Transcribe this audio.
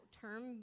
term